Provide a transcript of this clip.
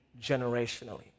generationally